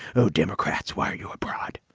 oh, democrats, why are you abroad?